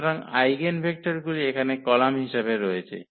সুতরাং এই আইগেনভেক্টরগুলি এখানে কলাম হিসাবে রয়েছে